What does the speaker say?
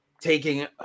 taking